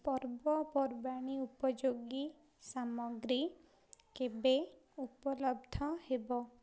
ପର୍ବପର୍ବାଣୀ ଉପଯୋଗୀ ସାମଗ୍ରୀ କେବେ ଉପଲବ୍ଧ ହେବ